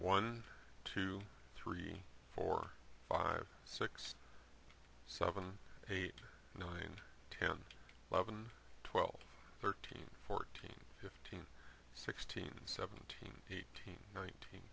one two three four five six seven eight nine ten eleven twelve thirteen fourteen fifteen sixteen seventeen eighteen nineteen